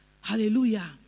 Hallelujah